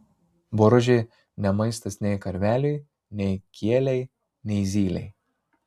boružė ne maistas nei karveliui nei kielei nei zylei